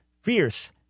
fierce